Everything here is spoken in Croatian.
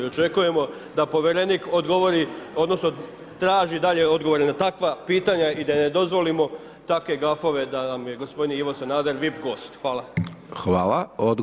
I očekujemo da povjerenik odgovori odnosno traži dalje odgovore na takva pitanja i da ne dozvolimo takve gafove da nam je gospodin Ivo Sanader vip gost.